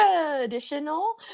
traditional